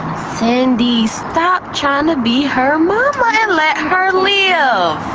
cindy, stop trying to be her momma and let her live.